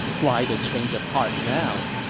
why the change of heart now?